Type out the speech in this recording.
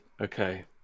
okay